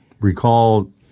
recall